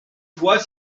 voie